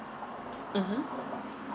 mmhmm